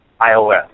iOS